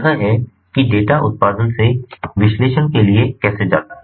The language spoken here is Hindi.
तो अब यह है कि डेटा उत्पादन से विश्लेषण के लिए कैसे जाता है